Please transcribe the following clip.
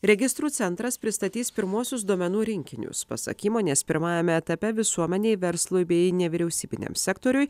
registrų centras pristatys pirmuosius duomenų rinkinius pasak įmonės pirmajame etape visuomenei verslui bei nevyriausybiniam sektoriui